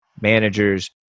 managers